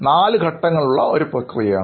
നാലു ഘട്ടങ്ങൾ ഉള്ള ഒരു പ്രക്രിയയാണ്